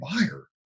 buyer